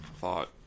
thought